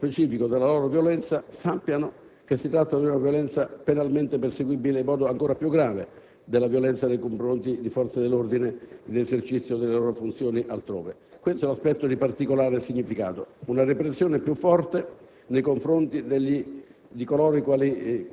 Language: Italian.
prendono le forze dell'ordine ad oggetto specifico della loro violenza sappiano che si tratta di una violenza penalmente perseguibile in modo ancora più grave della violenza nei confronti delle forze dell'ordine nell'esercizio delle loro funzioni altrove. Questo è un aspetto di particolare significato: una repressione più forte